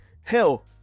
hell